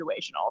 situational